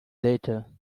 later